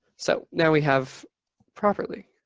so now we have properly.